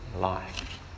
life